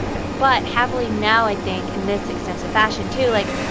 yeah but, happily, now i think in this extensive fashion, too like,